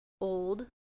old